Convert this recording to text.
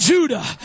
Judah